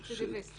רצידיביסטים.